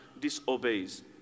disobeys